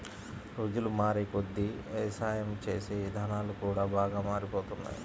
రోజులు మారేకొద్దీ యవసాయం చేసే ఇదానాలు కూడా బాగా మారిపోతున్నాయ్